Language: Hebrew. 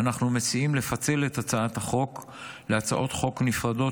אנחנו מציעים לפצל את הצעת החוק להצעות חוק נפרדות,